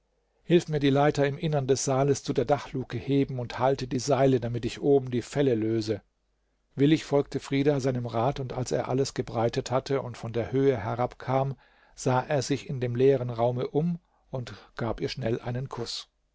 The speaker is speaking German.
hilf mir die leiter im innern des saales zu der dachluke heben und halte die seile damit ich oben die felle löse willig folgte frida seinem rat und als er alles gebreitet hatte und von der höhe herabkam sah er sich in dem leeren raume um und gab ihr schnell einen kuß